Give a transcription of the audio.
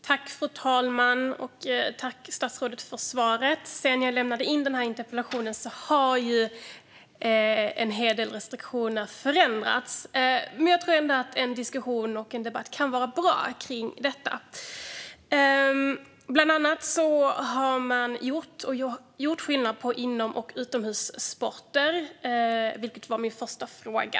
Fru talman! Jag tackar statsrådet för svaret. Sedan jag lämnade in den här interpellationen har ju en hel del restriktioner förändrats, men jag tror ändå att en diskussion och debatt kring detta kan vara bra. Bland annat har man gjort skillnad på inom och utomhussporter, vilket var min första fråga.